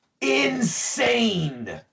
insane